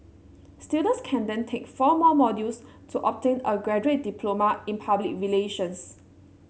students can then take four more modules to obtain a graduate diploma in public relations